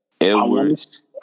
Edwards